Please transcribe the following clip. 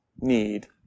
need